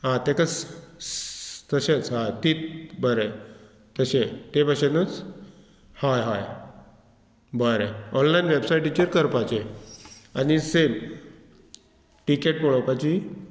आ तेका तशेंच आ ती बरें तशें तें भशेनच हय हय बरें ऑनलायन वेबसायटीचेर करपाचें आनी सेम टिकेट पळोवपाची